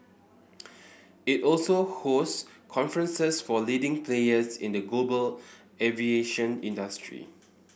it also hosts conferences for leading players in the global aviation industry